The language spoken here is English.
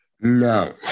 No